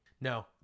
No